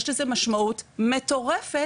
יש לזה משמעות מטורפת.